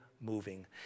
moving